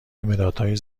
مدادهای